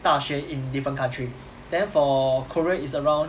大学 in different country then for korea it's around